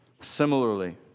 similarly